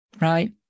Right